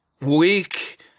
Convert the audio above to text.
weak